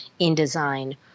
InDesign